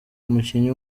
umukinnyi